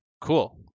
Cool